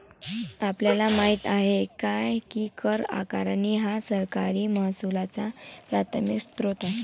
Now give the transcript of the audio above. आपल्याला माहित आहे काय की कर आकारणी हा सरकारी महसुलाचा प्राथमिक स्त्रोत आहे